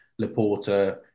Laporta